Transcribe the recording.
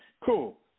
Cool